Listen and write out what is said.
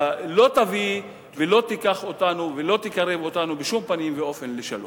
תביא ולא תיקח אותנו ולא תקרב אותנו בשום פנים ואופן לשלום.